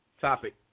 Topic